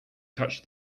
touch